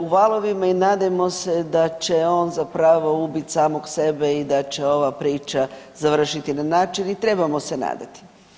U valovima i nadajmo se da će on zapravo ubiti samog sebe i da će ova priča završiti na način i trebamo se nadati.